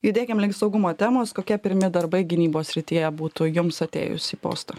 judėkim link saugumo temos kokia pirmi darbai gynybos srityje būtų jums atėjus į postą